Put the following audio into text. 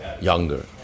younger